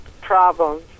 problems